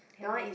hand made